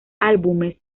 álbumes